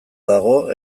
dago